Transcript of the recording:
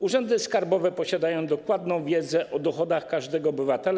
Urzędy skarbowe posiadają dokładną wiedzę o dochodach każdego obywatela.